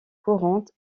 courante